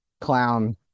clown